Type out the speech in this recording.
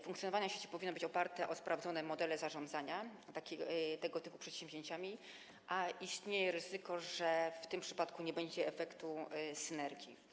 Funkcjonowanie sieci powinno być oparte na sprawdzonych modelach zarządzania tego typu przedsięwzięciami, a istnieje ryzyko, że w tym przypadku nie będzie efektu synergii.